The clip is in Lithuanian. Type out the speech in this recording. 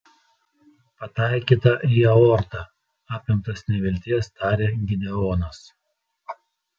pataikyta į aortą apimtas nevilties tarė gideonas